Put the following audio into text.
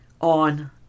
on